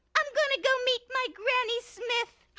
i'm gonna go meet my granny smith.